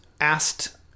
asked